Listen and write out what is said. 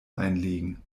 einlegen